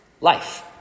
life